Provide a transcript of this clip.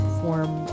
form